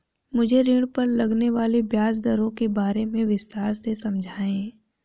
मुझे ऋण पर लगने वाली ब्याज दरों के बारे में विस्तार से समझाएं